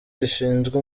rishinzwe